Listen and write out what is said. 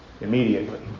immediately